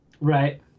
right